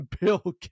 Bill